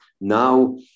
Now